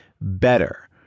better